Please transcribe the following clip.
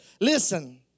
listen